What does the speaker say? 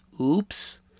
Oops